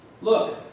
Look